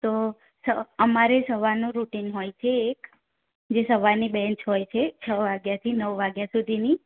તો અમારે સવારનું રૂટીન હોય છે એક જે સવારની બેન્ચ હોય છે છ વાગ્યાથી નવ વાગ્યા સુધીની